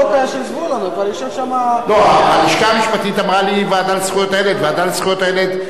החוק עברה בקריאה טרומית ותועבר לוועדה לזכויות הילד,